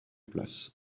place